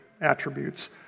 attributes